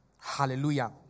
Hallelujah